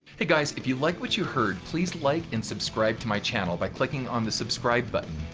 hey guys if you like what you heard, please like and subscribe to my channel by clicking on the subscribe button.